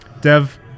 Dev